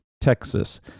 Texas